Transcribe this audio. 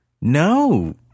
No